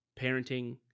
parenting